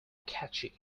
catchy